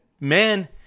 man